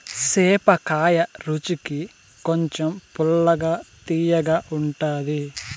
సేపకాయ రుచికి కొంచెం పుల్లగా, తియ్యగా ఉంటాది